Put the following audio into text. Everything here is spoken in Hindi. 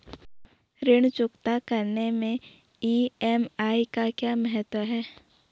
ऋण चुकता करने मैं ई.एम.आई का क्या महत्व है?